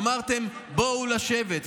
אמרתם: בואו לשבת,